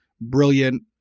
brilliant